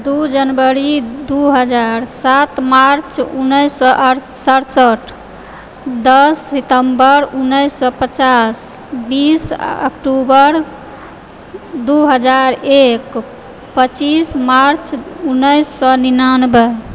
दू जनवरी दू हजार सात मार्च उन्नैससँ अर सरसठ दस सितम्बर उन्नैससँ पचास बीस अक्टुबर दू हजार एक पच्चीस मार्च उन्नैससँ निनानबे